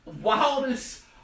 wildest